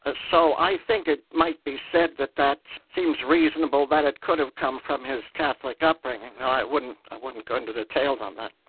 ah so i think it might be said that that seems reasonable, but it could have come from his catholic upbringing, though i wouldn't i wouldn't go into the details on that.